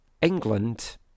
England